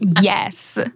Yes